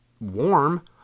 warm